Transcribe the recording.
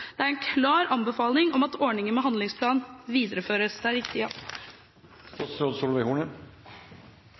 Det er en klar anbefaling om at ordningen med handlingsplan videreføres.